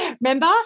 remember